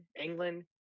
England